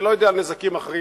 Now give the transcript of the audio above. אני לא יודע על נזקים אחרים,